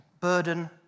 burden